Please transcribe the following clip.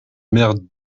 mer